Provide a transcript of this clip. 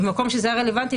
במקום שזה היה רלוונטי,